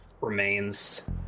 remains